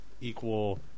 equal